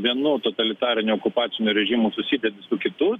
vienu totalitariniu okupaciniu režimu susidedi su kitu